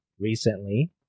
recently